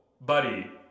buddy